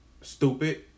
stupid